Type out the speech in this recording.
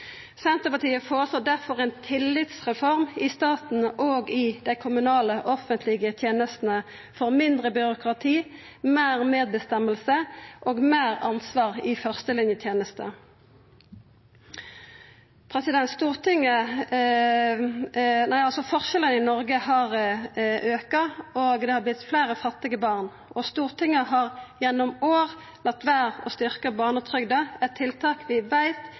Senterpartiet føreslår difor ein tillitsreform i staten og i dei kommunale offentlege tenestene for mindre byråkrati, meir medråderett og meir ansvar i førstelinjetenesta. Forskjellane i Noreg har auka, og det har vorte fleire fattige barn. Stortinget har gjennom år late vera å styrkja barnetrygda, eit tiltak vi veit